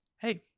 hey